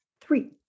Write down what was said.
three